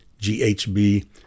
GHB